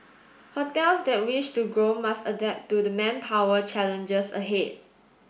hotels that wish to grow must adapt to the manpower challenges ahead